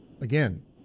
Again